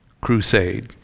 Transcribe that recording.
crusade